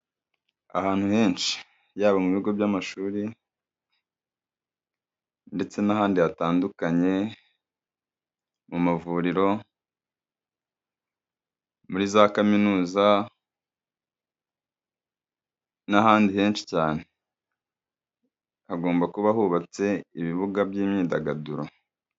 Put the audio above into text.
Ahantu henshi yaba mu bigo by'amashuri ndetse n'ahandi hatandukanye, mu mavuriro, muri za kaminuza n'ahandi henshi cyane, hagomba kuba hubatse ibibuga by'imyidagaduro.